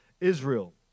Israel